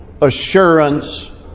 assurance